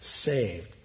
saved